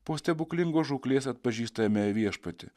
po stebuklingos žūklės atpažįsta jame viešpatį